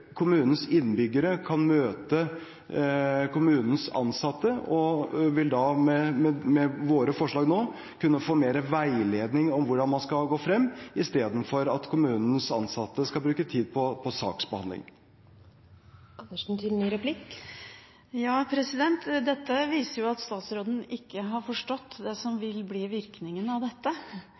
kommunens innbyggere kan møte kommunens ansatte og vil med våre forslag da kunne få mer veiledning om hvordan man skal gå frem, istedenfor at kommunenes ansatte skal bruke tid på saksbehandling. Dette viser at statsråden ikke har forstått hva som vil bli virkningene av dette,